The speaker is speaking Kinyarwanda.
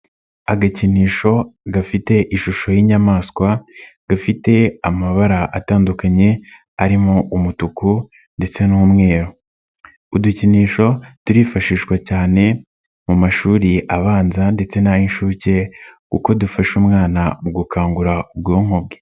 Agakinisho gafite ishusho y'inyamaswa, gafite amabara atandukanye arimo umutuku ndetse n'umweru. Udukinisho turifashishwa cyane mu mashuri abanza ndetse n'ay'inshuke kuko dufasha umwana mu gukangura ubwonko bwe.